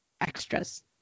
extras